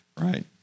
right